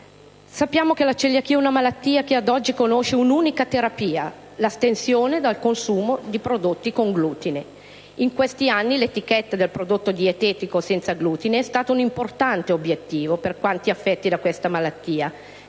Sappiamo che la celiachia è una malattia che ad oggi conosce come unica terapia l'astensione dal consumo di prodotti con glutine. In questi anni l'etichetta "prodotto dietetico senza glutine" è stato un importante obiettivo per quanti affetti da tale malattia.